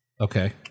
Okay